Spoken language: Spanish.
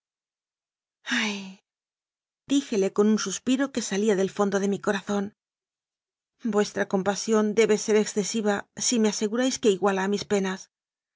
díjele con un suspiro que salía del fondo de mi corazón vuestra compasión debe ser excesiva si me aseguráis que iguala a mis pe